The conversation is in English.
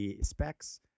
specs